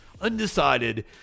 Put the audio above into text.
undecided